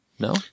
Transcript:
No